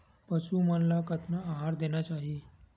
पशु मन ला कतना आहार देना चाही?